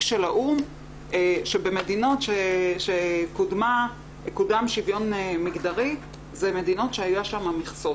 של האו"ם שבמדינות שקודם שוויון מגדרי זה מדינות שהיו שם מכסות.